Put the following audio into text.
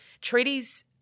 Treaties